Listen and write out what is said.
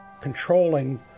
controlling